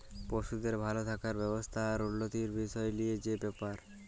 পশুদের ভাল থাকার ব্যবস্থা আর উল্যতির বিসয় লিয়ে যে ব্যাপার